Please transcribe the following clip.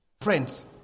Friends